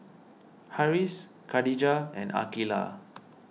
Harris Khadija and Aqeelah